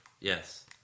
Yes